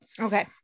Okay